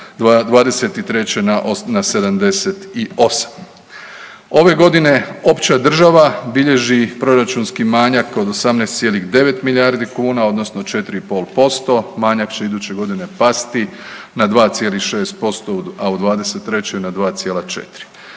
'23. na 78. Ove godine opća država bilježi proračunski manjak od 18,9 milijardi kuna, odnosno 4,5%. Manjak će iduće godine pasti na 2,6%, a u '23. na 2,4,